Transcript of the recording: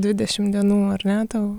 dvidešim dienų ar ne tau